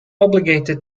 obligated